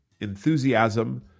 enthusiasm